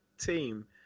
team